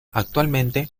actualmente